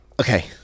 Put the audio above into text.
Okay